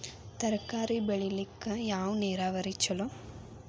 ತರಕಾರಿ ಬೆಳಿಲಿಕ್ಕ ಯಾವ ನೇರಾವರಿ ಛಲೋ?